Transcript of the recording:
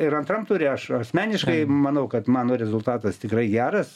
ir antram ture aš asmeniškai manau kad mano rezultatas tikrai geras